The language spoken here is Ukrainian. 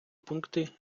пункти